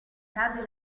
cade